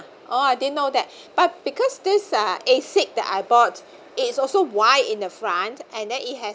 oh I didn't know that but because this uh asics that I bought it is also wide in the front and then it has